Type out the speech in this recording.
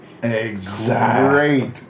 great